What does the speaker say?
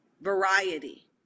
variety